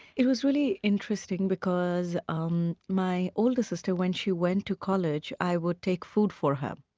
it was really interesting because um my older sister, when she went to college, i would take food for her.